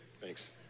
Thanks